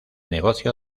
negocio